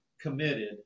committed